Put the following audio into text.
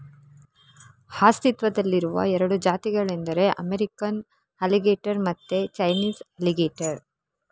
ಅಸ್ತಿತ್ವದಲ್ಲಿರುವ ಎರಡು ಜಾತಿಗಳೆಂದರೆ ಅಮೇರಿಕನ್ ಅಲಿಗೇಟರ್ ಮತ್ತೆ ಚೈನೀಸ್ ಅಲಿಗೇಟರ್